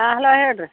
ಹಾಂ ಹಲೋ ಹೇಳಿರಿ